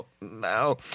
no